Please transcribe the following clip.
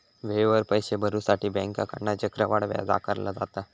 वेळेवर पैशे भरुसाठी बँकेकडना चक्रवाढ व्याज आकारला जाता